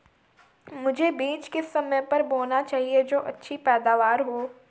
मुझे बीज किस समय पर बोना चाहिए जो अच्छी पैदावार हो?